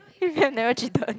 never cheated